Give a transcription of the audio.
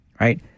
right